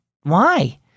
Why